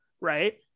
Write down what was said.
right